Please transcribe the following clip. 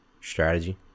strategy